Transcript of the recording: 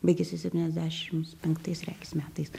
baigėsi septyniasdešims penktais regis metais